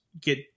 get